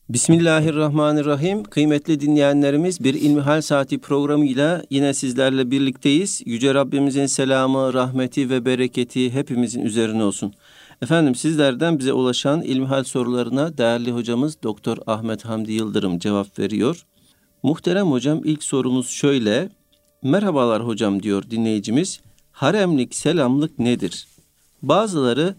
Bismillahirrahmanirrahim. Kıymetli dinleyenlerimiz, bir İlmihal Saati programıyla yine sizlerle birlikteyiz. Yüce Rabbimizin selamı, rahmeti ve bereketi hepimizin üzerine olsun. Efendim, sizlerden bize ulaşan İlmihal sorularına değerli hocamız Dr. Ahmet Hamdi Yıldırım cevap veriyor. Muhterem hocam, ilk sorumuz şöyle. Merhabalar hocam, diyor dinleyicimiz. Haremlik, selamlık nedir? Bazıları